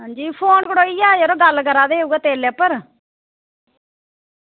अंजी फोन कटोइया हा यरो उऐ गल्ल करा दे हे तेलै उप्पर